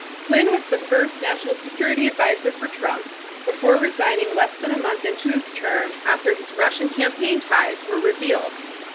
flynn was the first national security advisor for trump before resigning less than a month into his term after his russian campaign ties were revealed.